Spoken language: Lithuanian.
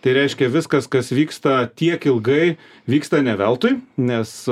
tai reiškia viskas kas vyksta tiek ilgai vyksta ne veltui nes